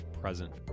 present